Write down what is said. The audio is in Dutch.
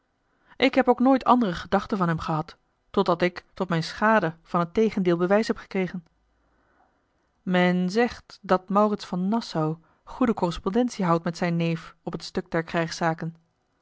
ik heb ook nooit andere gedachten van hem gehad totdat ik tot mijne schade van het tegendeel bewijs heb gekregen men zegt dat maurits van nassau goede correspondentie houdt met zijn neef op het stuk der krijgszaken